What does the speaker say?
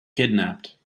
kidnapped